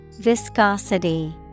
Viscosity